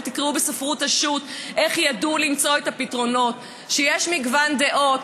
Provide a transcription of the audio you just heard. לכו תקראו בספרות השו"ת איך ידעו למצוא את הפתרונות כשיש מגוון דעות.